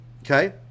Okay